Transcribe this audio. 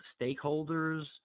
stakeholders